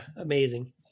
amazing